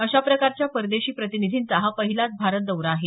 अशा प्रकारच्या परदेशी प्रतिनिधींचा हा पहिलाच भारत दौरा आहे